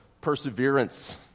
perseverance